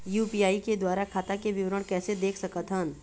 UPI के द्वारा खाता के विवरण कैसे देख सकत हन?